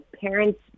parents